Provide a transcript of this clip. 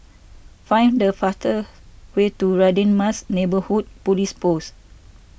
find the faster way to Radin Mas Neighbourhood Police Post